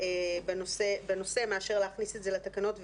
בנושא מאשר להכניס את זה לתקנות,